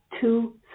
two